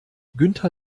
günther